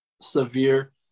severe